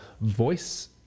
voice